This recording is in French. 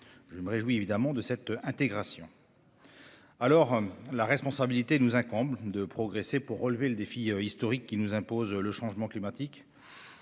Je me réjouis de cette intégration. Aussi, la responsabilité nous incombe de progresser pour relever le défi historique que nous impose le changement climatique,